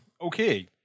Okay